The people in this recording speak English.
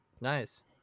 Nice